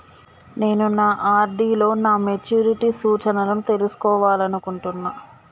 నేను నా ఆర్.డి లో నా మెచ్యూరిటీ సూచనలను తెలుసుకోవాలనుకుంటున్నా